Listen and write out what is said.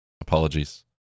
apologies